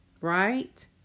right